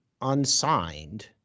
unsigned